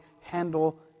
handle